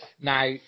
Now